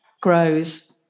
grows